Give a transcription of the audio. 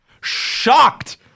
Shocked